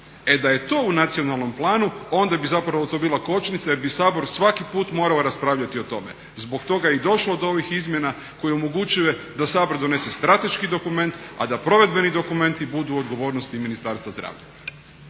E da je to u nacionalnom planu onda bi zapravo to bila kočnica jer bi Sabor svaki puta morao raspravljati o tome. Zbog toga je i došlo do ovih izmjena koje omogućuje da Sabor donese strateški dokument, a da provedbeni dokumenti budu odgovornosti Ministarstva zdravlja.